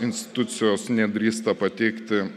institucijos nedrįsta pateikti